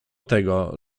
tego